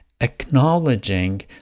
acknowledging